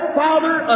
father